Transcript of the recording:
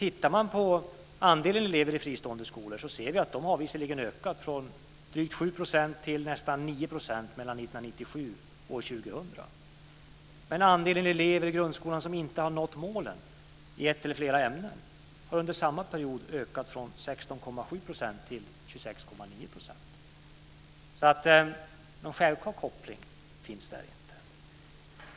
Tittar vi på andelen elever i fristående skolor ser vi att den visserligen har ökat från drygt 7 % till nästan 9 % mellan 1997 och 2000. Men andelen elever i grundskolan som inte har nått målen i ett eller flera ämnen har under samma period ökat från 16,7 % till 26,9 %. Någon självklar koppling finns alltså inte.